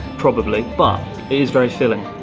probably but it is very filling.